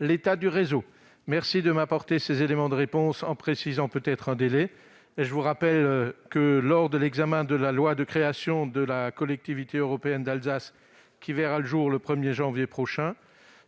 avance de bien vouloir m'apporter ces éléments de réponse, en me précisant un délai. Je vous rappelle que, lors de l'examen de la loi relative aux compétences de la Collectivité européenne d'Alsace, qui verra le jour le 1 janvier prochain,